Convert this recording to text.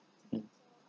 mm